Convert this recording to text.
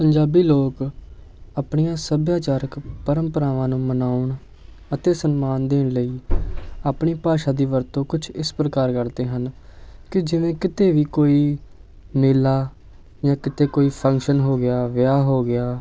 ਪੰਜਾਬੀ ਲੋਕ ਆਪਣੀਆਂ ਸੱਭਿਆਚਾਰਕ ਪਰੰਪਰਾਵਾਂ ਨੂੰ ਮਨਾਉਣ ਅਤੇ ਸਨਮਾਨ ਦੇਣ ਲਈ ਆਪਣੀ ਭਾਸ਼ਾ ਦੀ ਵਰਤੋਂ ਕੁਝ ਇਸ ਪ੍ਰਕਾਰ ਕਰਦੇ ਹਨ ਕਿ ਜਿਵੇਂ ਕਿਤੇ ਵੀ ਕੋਈ ਮੇਲਾ ਜਾਂ ਕਿਤੇ ਕੋਈ ਫੰਕਸ਼ਨ ਹੋ ਗਿਆ ਵਿਆਹ ਹੋ ਗਿਆ